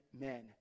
men